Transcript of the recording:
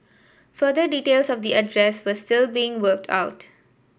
further details of the address were still being worked out